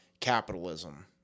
capitalism